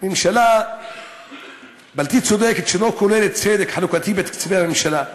ממשלה בלתי צודקת שלא כוללת צדק חלוקתי בתקציבי הממשלה,